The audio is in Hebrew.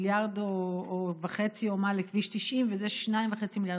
ו-1.5 מיליארד, או מה, לכביש 90, וזה 2.5 מיליארד.